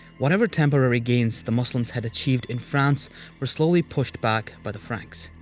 whatever temporary gains the muslims had achieved in france were slowly pushed back by the franks.